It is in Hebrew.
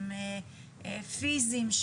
פיזיים,